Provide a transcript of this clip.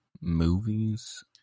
movies